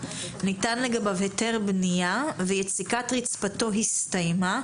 ניתן לגביו היתר בנייה ויציקת רצפתו הסתיימה,